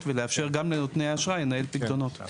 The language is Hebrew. ולאפשר גם לנותני האשראי לנהל פיקדונות.